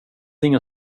ingen